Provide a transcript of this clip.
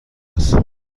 است